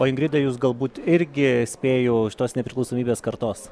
o ingrida jūs galbūt irgi spėju iš tos nepriklausomybės kartos